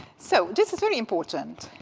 so this is very important.